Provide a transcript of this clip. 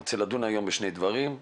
אני רוצה לדון היום בשני דברים: